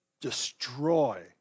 destroy